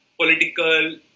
political